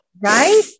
Right